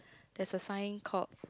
that's a sign called